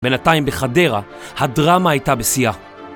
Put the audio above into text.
בינתיים בחדרה, הדרמה הייתה בשיאה.